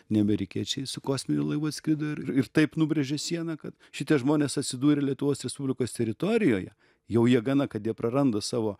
ne amerikiečiai su kosminiu laivu atskrido ir ir taip nubrėžė sieną kad šitie žmonės atsidūrė lietuvos respublikos teritorijoje jau jie gana kad jie praranda savo